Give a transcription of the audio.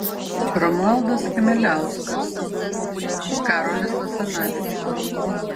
romualdas chmeliauskas karolis asanavičius